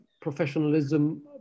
professionalism